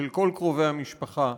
של כל קרובי המשפחה.